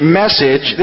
message